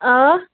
آ